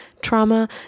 trauma